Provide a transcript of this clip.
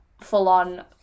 full-on